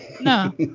No